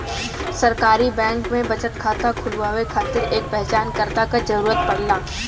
सरकारी बैंक में बचत खाता खुलवाये खातिर एक पहचानकर्ता क जरुरत पड़ला